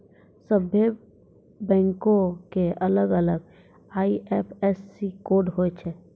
सभ्भे बैंको के अलग अलग आई.एफ.एस.सी कोड होय छै